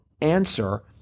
answer